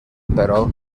però